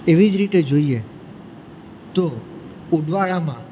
એવી રીતે જોઈએ તો ઉદવાડામાં